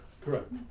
Correct